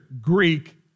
Greek